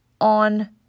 on